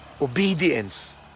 Obedience